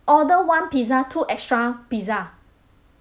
order one pizza two extra pizza